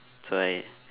so I